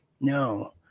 No